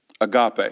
agape